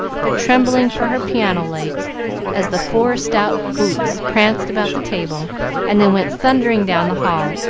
but trembling for her piano legs as the four stout boots pranced about the table and then went thundering down the hall,